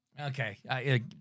Okay